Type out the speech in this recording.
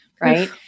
right